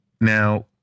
Now